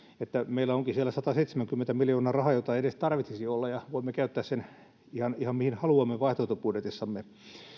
että meillä onkin siellä sataseitsemänkymmentä miljoonaa rahaa jota ei edes tarvitsisi olla ja jonka voimme käyttää ihan mihin haluamme vaihtoehtobudjetissamme